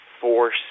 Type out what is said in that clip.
force